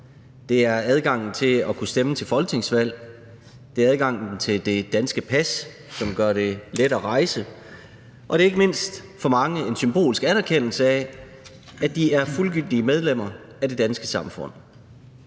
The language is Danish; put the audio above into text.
Det er adgangen til at kunne stemme til folketingsvalg, det er adgangen til det danske pas, som gør det let at rejse, og det er for mange ikke mindst en symbolsk anerkendelse af, at de er fuldgyldige medlemmer af det danske samfund.